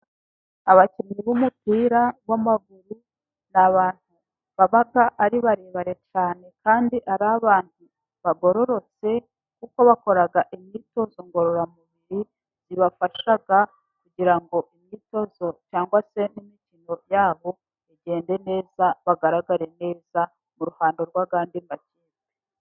Abakinnyi b'umupira w'amaguru, ni abantu baba ari barebare cyane, kandi ari abantu bagororotse kuko bakora imyitozo ngororamubiri ibafashaga kugira ngo imyitozo cyangwa se n'imikino yabo igende neza bagaragare neza mu ruhando rw'abandi makipe.